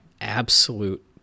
absolute